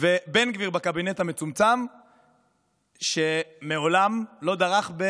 ובקבינט המצומצם בן גביר, שמעולם לא דרך,